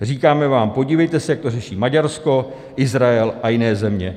Říkáme vám: podívejte se, jak to řeší Maďarsko, Izrael a jiné země.